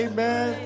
Amen